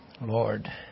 Lord